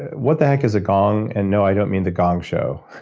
what the heck is a gong? and no i don't mean the gong show.